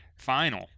final